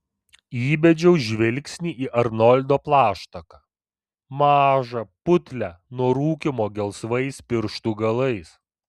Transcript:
įbedžiau žvilgsnį į arnoldo plaštaką mažą putlią nuo rūkymo gelsvais pirštų galais